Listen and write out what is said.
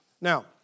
Now